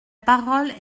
parole